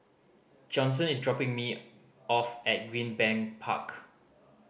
Johnson is dropping me off at Greenbank Park